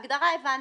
את ההגדרה הבנתי.